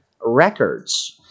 records